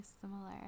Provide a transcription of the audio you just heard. similar